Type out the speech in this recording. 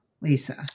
Lisa